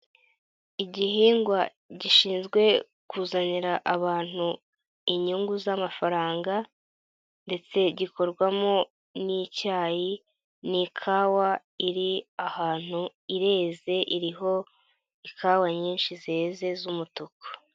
Igihingwa gishinzwe kuzanira abantu inyungu z'amafaranga ndetse gikorwamo n'icyayi ni ikawa iri ahantu ireze, iriho ikawa nyinshi zeze z'umutuku.